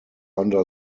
under